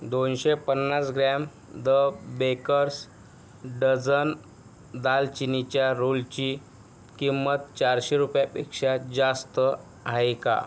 दोनशे पन्नास gram the bakers dozen दालचिनीच्या रोलची किंमत चारशे रुपयांपेक्षा जास्त आहे का